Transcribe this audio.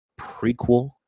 prequel